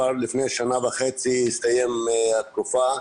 לפני שנה וחצי הסתיימה התקופה.